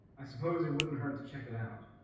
i suppose it wouldn't hurt to check it out